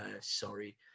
sorry